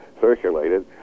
circulated